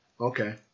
okay